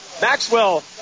Maxwell